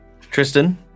Tristan